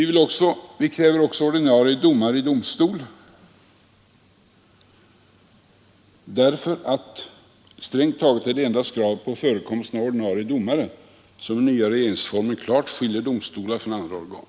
Vi kräver också ordinarie domare i domstol, därför att strängt taget är det endast i kravet om förekomst av ordinarie domare som den nya regeringsformen klart skiljer domstolar från andra organ.